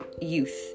youth